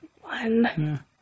one